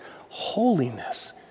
holiness